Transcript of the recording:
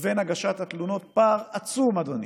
לבין הגשת התלונות, פער עצום, אדוני.